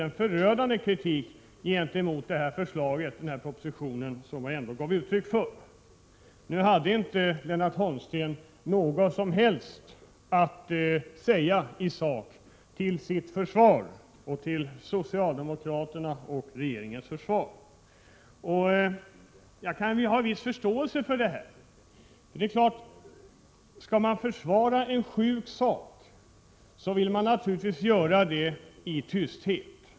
påstå förödande kritik — mot förslaget i propositionen som jag ändå gav uttryck för. Lennart Holmsten hade inte något som helst att säga i sak till sitt, övriga socialdemokraters och regeringens försvar. Jag kan ha en viss förståelse för detta. Skall man försvara en sjuk sak vill man naturligtvis göra det i tysthet.